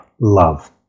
love